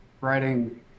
writing